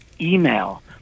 email